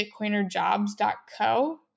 bitcoinerjobs.co